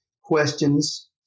questions